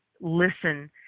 listen